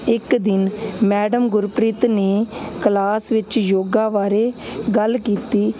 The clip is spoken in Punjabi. ਇੱਕ ਦਿਨ ਮੈਡਮ ਗੁਰਪ੍ਰੀਤ ਨੇ ਕਲਾਸ ਵਿੱਚ ਯੋਗਾ ਬਾਰੇ ਗੱਲ ਕੀਤੀ